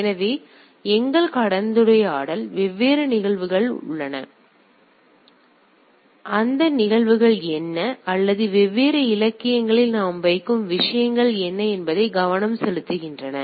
எனவே எங்கள் கலந்துரையாடல் வெவ்வேறு நிகழ்வுகள் என்ன அல்லது வெவ்வேறு இலக்கியங்களில் நாம் வைக்கும் விஷயங்கள் என்ன என்பதில் கவனம் செலுத்துகின்றன